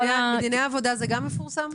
בדיני עבודה ההתראות גם מפורסמות?